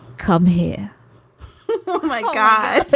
come here oh, my god.